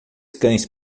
cães